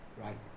right